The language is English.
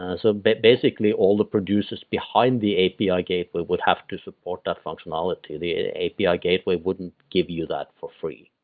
ah so but basically, all the producers behind the api ah gateway would have to support that functionality. the api ah gateway wouldn't give you that for free.